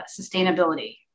sustainability